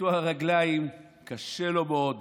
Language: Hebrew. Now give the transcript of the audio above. וקטוע רגליים, קשה לו מאוד